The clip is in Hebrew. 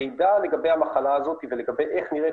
המידע לגבי המחלה הזאת ולגבי איך נראית